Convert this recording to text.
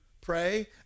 pray